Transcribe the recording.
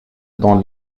dans